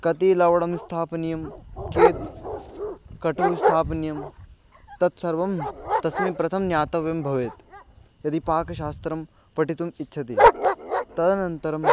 कियत् लवणं स्थापनीयं कियत् कटुः स्थापनीयं तत्सर्वं तस्मिन् प्रथमं ज्ञातव्यं भवेत् यदि पाकशास्त्रं पठितुम् इच्छति तदनन्तरं